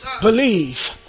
believe